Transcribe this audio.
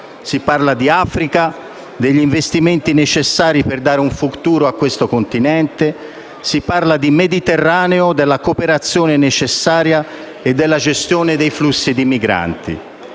Si parla di Africa, degli investimenti necessari per dare un futuro a quel continente; si parla di Mediterraneo, della cooperazione necessaria e della gestione dei flussi dei migranti.